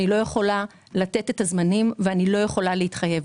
אני לא יכולה לתת זמנים ואני לא יכולה להתחייב.